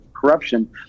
corruption